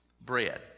bread